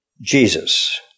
Jesus